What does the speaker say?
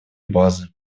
базы